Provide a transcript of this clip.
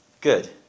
Good